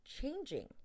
changing